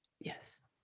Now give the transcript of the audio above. Yes